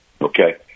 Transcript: Okay